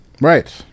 Right